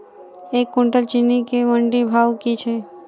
एक कुनटल चीनी केँ मंडी भाउ की छै?